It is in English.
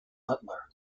butler